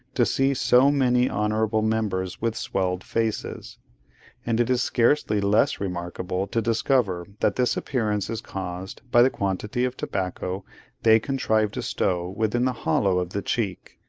to see so many honourable members with swelled faces and it is scarcely less remarkable to discover that this appearance is caused by the quantity of tobacco they contrive to stow within the hollow of the cheek.